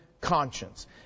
conscience